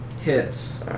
hits